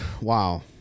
Wow